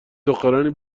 دخترانی